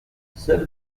seul